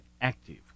active